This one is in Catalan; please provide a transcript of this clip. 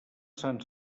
sant